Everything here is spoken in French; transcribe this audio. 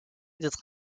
d’être